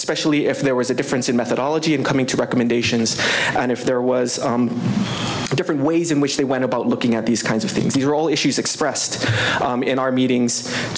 especially if there was a difference in methodology in coming to recommendations and if there was different ways in which they went about looking at these kinds of things these are all issues expressed in our meetings